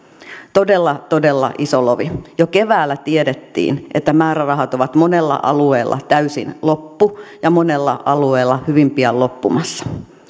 todella todella iso lovi jo keväällä tiedettiin että määrärahat ovat monella alueella täysin loppu ja monella alueella hyvin pian loppumassa